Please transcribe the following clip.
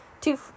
two